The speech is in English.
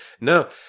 No